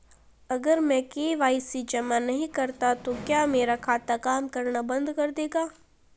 अगर मैं के.वाई.सी जमा नहीं करता तो क्या मेरा खाता काम करना बंद कर देगा?